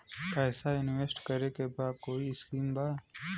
पैसा इंवेस्ट करे के कोई स्कीम बा?